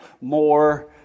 more